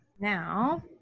Now